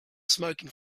smoking